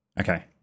okay